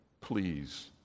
please